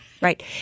right